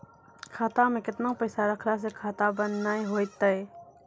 खाता मे केतना पैसा रखला से खाता बंद नैय होय तै?